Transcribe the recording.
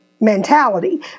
mentality